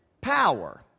power